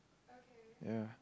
yeah